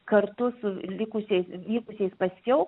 kartu su likusiais vykusiais paskiau